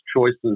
choices